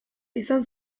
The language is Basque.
izan